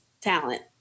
talent